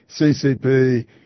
CCP